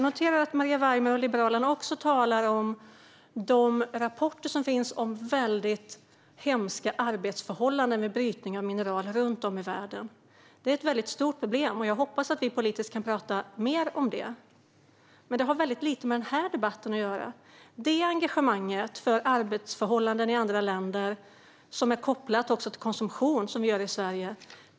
Maria Weimer och Liberalerna talar om de rapporter som finns om väldigt hemska arbetsförhållanden vid brytning av mineraler runt om i världen. Det är ett väldigt stort problem, och jag hoppas att vi politiskt kan prata mer om det. Men det har väldigt lite med den här debatten att göra. Det engagemanget för arbetsförhållanden i andra länder kan också kopplas till konsumtion i Sverige.